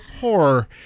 horror